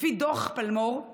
לפי דוח פלמור,